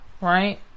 right